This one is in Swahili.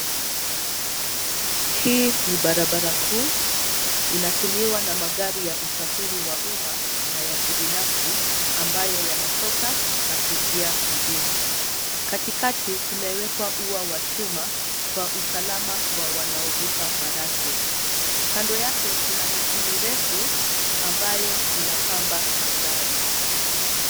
Hii ni barabara kuu inatumiwa na magari ya usafiri wa umma na ya kibinafsi ambayo yanatoka na kuingia mjini. Katikati kumewekwa ua wa chuma kwa usalama wa wanaovuka baraste. Kando yake kuna miti mirefu ambayo inapamba mandhari.